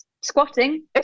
squatting